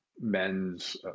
men's